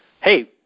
hey